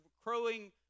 crowing